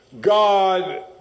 God